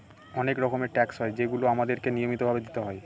অনেক রকমের ট্যাক্স হয় যেগুলো আমাদেরকে নিয়মিত ভাবে দিতে হয়